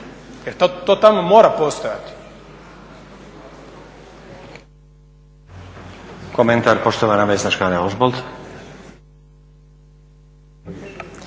to tamo mora postojati.